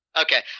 Okay